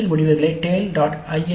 பயிற்சியில் முடிவுகளை tale